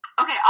okay